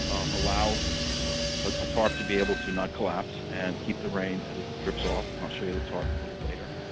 allow a tarp to be able to not collapse. and keep the rain as it drips off. i'll show you the tarp a little later.